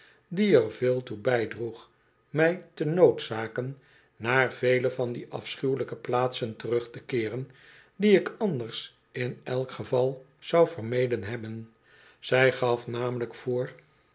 die er veel toe bijdroeg mij te noodzaken naar vele van die afschuwelijke plaatsen terug te keeren die ik anders in elk geval zou vermeden hebben zij gaf namelijk voor